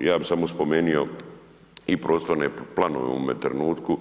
Ja bih samo spomenuo i prostorne planove u ovom trenutku